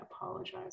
apologize